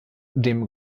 dem